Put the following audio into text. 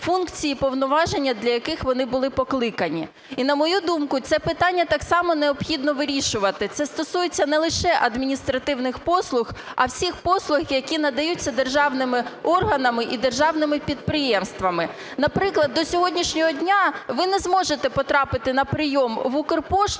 функції і повноваження, для яких вони були покликані. І, на мою думку, це питання так само необхідно вирішувати. Це стосується не лише адміністративних послуг, а всіх послуг, які надаються державними органами і державними підприємствами. Наприклад, до сьогоднішнього дня ви не зможете потрапити на прийом в Укрпошту,